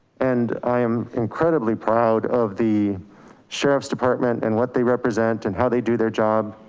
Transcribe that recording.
and i am incredibly proud of the sheriff's department and what they represent and how they do their job.